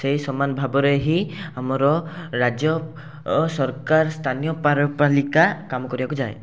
ସେଇ ସମାନ ଭାବରେ ହିଁ ଆମର ରାଜ୍ୟ ସରକାର ସ୍ଥାନୀୟ ପୌରପାଳିକା କାମ କରିବାକୁ ଯାଏ